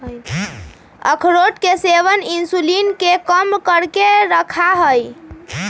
अखरोट के सेवन इंसुलिन के कम करके रखा हई